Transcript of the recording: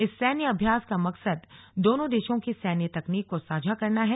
इस सैन्य अभ्यास का मकसद दोनों देशों की सैन्य तकनीक को साझा करना है